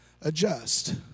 adjust